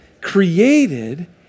created